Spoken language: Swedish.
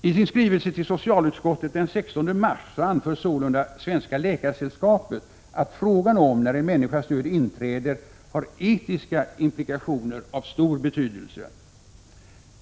I sin skrivelse till socialutskottet den 16 mars anför Svenska läkaresällskapet att frågan om när en människas död inträder har etiska implikationer av stor betydelse.